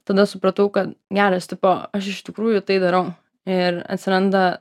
tada supratau kad geras tipo aš iš tikrųjų tai darau ir atsiranda